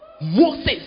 Moses